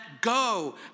go